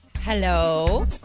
Hello